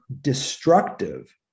destructive